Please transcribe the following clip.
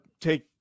take